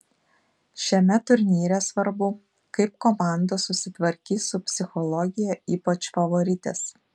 šiame turnyre svarbu kaip komandos susitvarkys su psichologija ypač favoritės